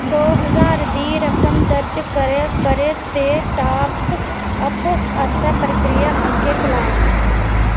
दो हजार दी रकम दर्ज करै ते टापअप आस्तै प्रक्रिया अग्गें चलाओ